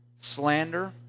slander